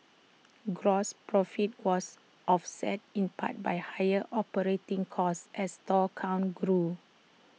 gross profit was offset in part by higher operating costs as store count grew